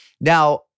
Now